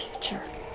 future